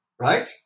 right